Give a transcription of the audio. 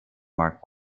mark